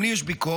גם לי יש ביקורת,